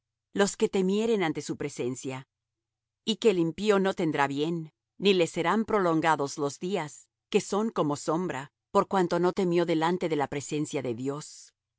los que temieren ante su presencia y que el impío no tendrá bien ni le serán prolongados los días que son como sombra por cuanto no temió delante de la presencia de dios